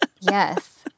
Yes